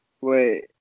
Wait